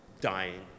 dying